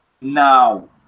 Now